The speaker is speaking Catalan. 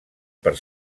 per